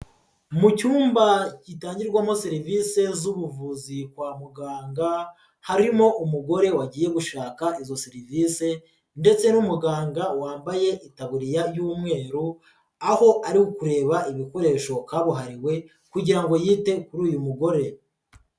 Mu cyumba gitangirwamo serivisi z'ubuvuzi kwa muganga, harimo umugore wagiye gushaka izo serivisi ndetse n'umuganga wambayetaburiya y'umweru, aho ari ukureba ibikoresho kabuhariwe kugira ngo yite kuri uyu mugore.